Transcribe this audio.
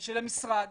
של המשרד